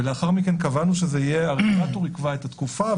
ולאחר מכן קבענו שהרגולטור יקבע את התקופה,